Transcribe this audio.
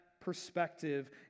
perspective